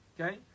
okay